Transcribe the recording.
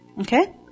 Okay